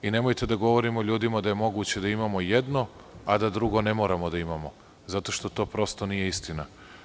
Nemojte da govorimo ljudima da je moguće da imamo jedno, a da drugo ne moramo da imamo, zato što to prosto nije istina.